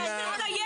מה לסיים?